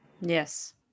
Yes